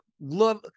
love